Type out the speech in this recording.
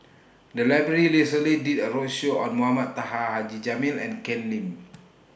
The Library recently did A roadshow on Mohamed Taha Haji Jamil and Ken Lim